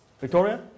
Victoria